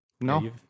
no